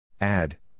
Add